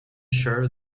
sure